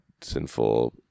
sinful